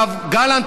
גלנט,